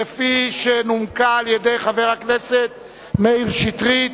כפי שנומקה על-ידי חבר הכנסת מאיר שטרית,